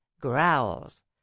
growls